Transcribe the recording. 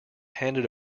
handed